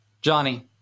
Johnny